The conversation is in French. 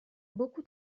beaucoup